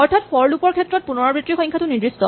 অৰ্থাৎ for loop ৰ ক্ষেত্ৰত পুণৰাবৃত্তিৰ সংখ্যাটো নিৰ্দিষ্ট